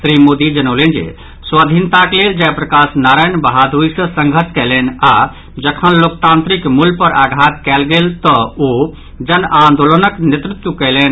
श्री मोदी जनौलनि जे स्वाधीनताक लेल जयप्रकाश नारायण बहादुरी सँ संघर्ष कयलनि आओर जखन लोकतांत्रिक मूल्य पर आघात कयल गेल तऽ ओ जनआंदोलनक नेतृत्व कयलनि